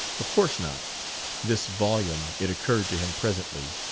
of course not this volume, it occurred to him presently,